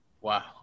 Wow